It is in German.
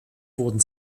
wurden